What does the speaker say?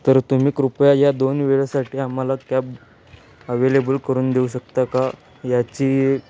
तर तुम्ही कृपया या दोन वेळेसाठी आम्हाला कॅब अवेलेबल करून देऊ शकता का याची